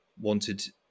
wanted